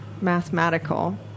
mathematical